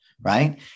right